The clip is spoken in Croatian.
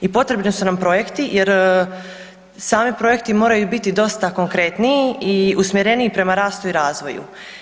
I potrebni su nam projekti jer sami projekti moraju biti dosta konkretniji i usmjereniji prema rastu i razvoju.